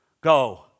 go